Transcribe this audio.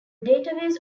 database